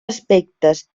aspectes